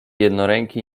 jednoręki